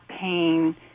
pain